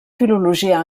filologia